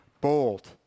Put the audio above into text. bold